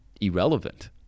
irrelevant